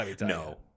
No